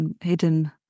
hidden